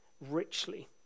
richly